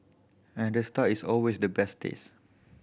and the star is always the best taste